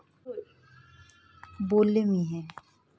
मी पापड विकतो तर माझ्या या छोट्या व्यवसायाला कर्ज मिळू शकेल का?